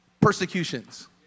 Persecutions